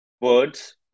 words